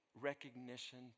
recognition